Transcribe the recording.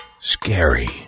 scary